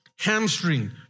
Hamstring